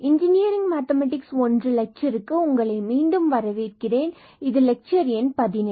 engineering mathematics 1 லெட்சருக்கு உங்களை மீண்டும் வரவேற்கிறேன் மற்றும் இது லெக்சர் எண் 18